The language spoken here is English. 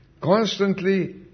constantly